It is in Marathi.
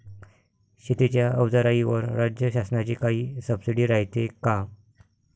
शेतीच्या अवजाराईवर राज्य शासनाची काई सबसीडी रायते का?